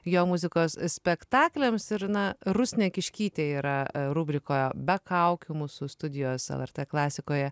jo muzikos spektakliams ir na rusnė kiškytė yra rubrikoje be kaukių mūsų studijos lrt klasikoje